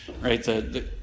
right